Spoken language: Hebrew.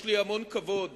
יש לי המון כבוד